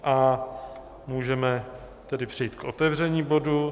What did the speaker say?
A můžeme tedy přejít k otevření bodu.